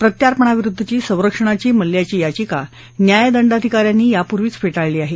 प्रत्यार्पणा विरुद्ध संरक्षणाची मल्ल्याची याचिका न्यायदंडाधिका यांनी यापूर्वीच फेटाळली आहे